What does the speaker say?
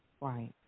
Right